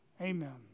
Amen